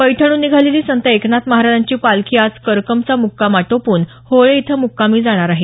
पैठणहून निघालेली संत एकनाथ महाराजांची पालखी आज करकंबचा मुक्काम आटोपून होळे इथं मुक्कामी जाणार आहे